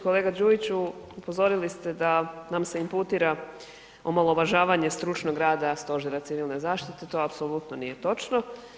Kolega Đujiću upozorili ste da nam se imputira omalovažavanje stručnog rada stožera civilne zaštite, to apsolutno nije točno.